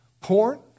porn